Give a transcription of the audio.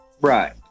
Right